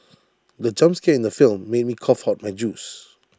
the jump scare in the film made me cough out my juice